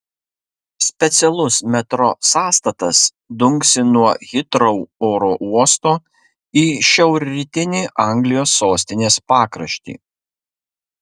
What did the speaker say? specialus metro sąstatas dunksi nuo hitrou oro uosto į šiaurrytinį anglijos sostinės pakraštį